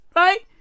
right